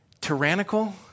Tyrannical